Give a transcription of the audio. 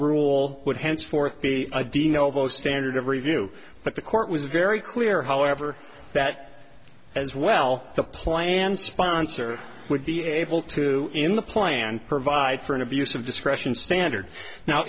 rule would henceforth be a de novo standard of review but the court was very clear however that as well the plan sponsor would be able to in the plan provide for an abuse of discretion standard now